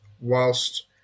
whilst